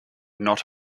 not